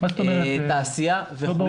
תעשיה וכו',